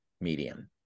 medium